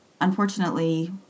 Unfortunately